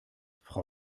frau